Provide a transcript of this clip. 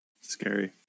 Scary